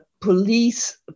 police